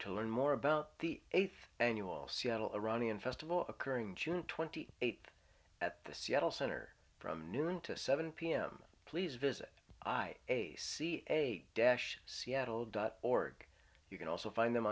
to learn more about the eighth annual seattle iranian festival occurring june twenty eighth at the seattle center from noon to seven pm please visit i a c eight dash seattle dot org you can also find them